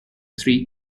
three